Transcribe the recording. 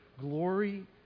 glory